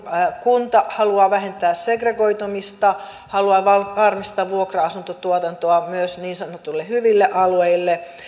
kunta haluaa vähentää segregoitumista haluaa varmistaa vuokra asuntotuotantoa myös niin sanotuille hyville alueille